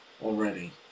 Already